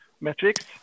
metrics